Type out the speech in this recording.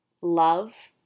love